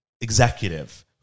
executive